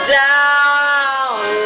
down